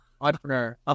entrepreneur